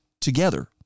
together